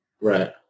Right